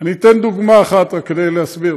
אני אתן דוגמה אחת, כדי להסביר.